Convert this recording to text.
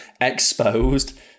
exposed